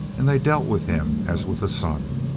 and they dealt with him as with a son.